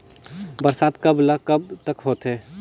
बरसात कब ल कब तक होथे?